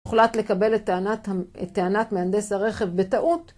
הוחלט לקבל את טענת מהנדס הרכב בטעות.